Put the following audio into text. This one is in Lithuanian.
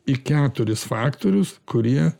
į keturis faktorius kurie